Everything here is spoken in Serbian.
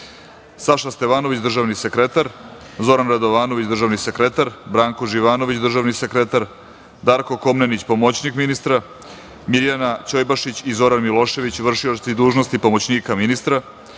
Saša Stevanović, državni sekretar; Zoran Radovanović, državni sekretar; Branko Živanović, državni sekretar; Darko Komnenić, pomoćnik ministra; Mirjana Ćojbašić i Zoran Milošević, vršioci dužnosti pomoćnika ministra;